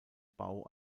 bau